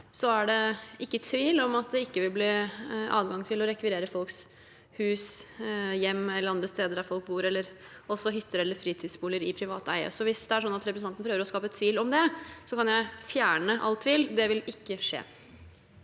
– er det ikke tvil om at det ikke vil bli adgang til å rekvirere folks hus, hjem, andre steder der folk bor, eller også hytter og fritidsboliger i privat eie. Hvis det er sånn at representanten Amundsen prøver å skape tvil om det, kan jeg fjerne all tvil: Det vil ikke skje.